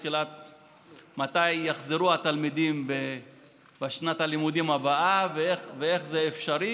מתי יחזרו התלמידים בשנת הלימודים הבאה ואיך זה אפשרי,